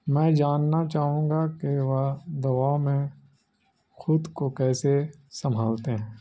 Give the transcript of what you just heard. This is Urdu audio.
میں جاننا چاہوں گا کہ وہ داؤ میں خود کو کیسے سنبھالتے ہیں